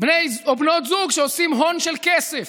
בני או בנות זוג שעושים הון של כסף.